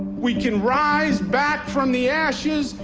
we can rise back from the ashes,